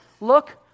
look